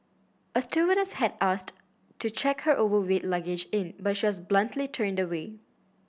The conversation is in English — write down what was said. a stewardess had asked to check her overweight luggage in but she was bluntly turned away